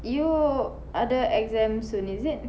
you~ ada exam soon is it